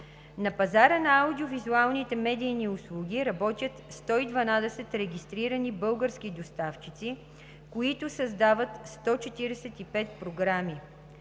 На пазара на аудио-визуалните медийни услуги работят 112 регистрирани български доставчици, които създават 145 програми.